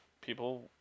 people